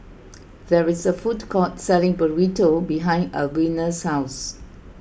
there is a food court selling Burrito behind Albina's house